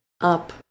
up